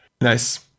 Nice